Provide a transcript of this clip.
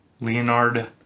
Leonard